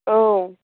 औ